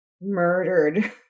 murdered